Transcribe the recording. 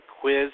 quiz